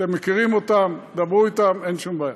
אתם מכירים אותם, דברו אתם, אין שום בעיה.